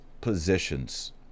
positions